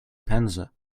panza